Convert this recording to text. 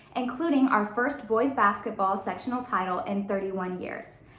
including our first boys basketball sectional title in thirty one years.